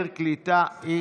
והמנכ"ל מביא את ההמלצות שלו